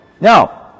Now